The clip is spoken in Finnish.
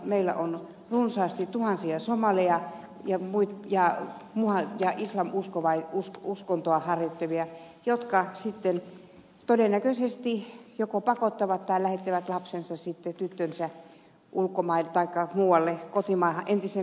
meillä on runsaasti tuhansia somaleja ja islam uskontoa harjoittavia jotka sitten todennäköisesti joko pakottavat tai lähettävät sitten lapsensa tyttönsä ulkomaille tai muualle entiseen kotimaahansa